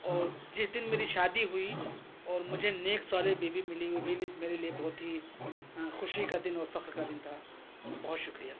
اور جس دن میری شادی ہوئی اور مجھے نیک صالح بیوی ملی وہ بھی میرے لیے بہت ہی خوشی کا دن اور فخر کا دن تھا بہت شکریہ